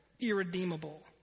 irredeemable